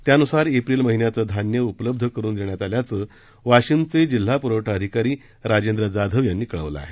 त्यानुसार एप्रिल महिन्याचे धान्य उपलब्ध करून देण्यात आल्याचे वाशिमचे जिल्हा पुरवठा अधिकारी राजेंद्र जाधव यांनी कळविले आहे